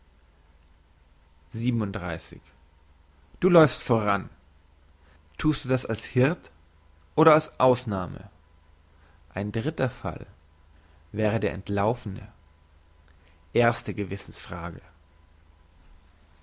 du läufst voran thust du das als hirt oder als ausnahme ein dritter fall wäre der entlaufene erste gewissensfrage